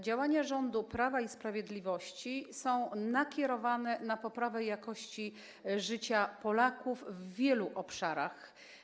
Działania rządu Prawa i Sprawiedliwości są nakierowane na poprawę jakości życia Polaków w wielu obszarach.